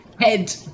Head